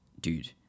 dude